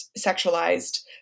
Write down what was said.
sexualized